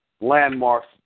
Landmark's